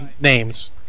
names